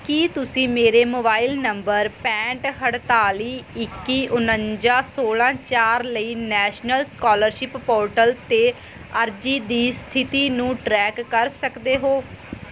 ਕੀ ਤੁਸੀਂ ਮੇਰੇ mobile number ਪੈਂਹਠ ਅਠਤਾਲੀ ਇੱਕੀ ਉਣੰਜਾ ਸੋਲਾਂ ਚਾਰ ਲਈ ਨੈਸ਼ਨਲ ਸਕਾਲਰਸ਼ਿਪ ਪੋਰਟਲ 'ਤੇ ਅਰਜ਼ੀ ਦੀ ਸਥਿਤੀ ਨੂੰ ਟਰੈਕ ਕਰ ਸਕਦੇ ਹੋ